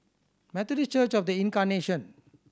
Methodist Church Of The Incarnation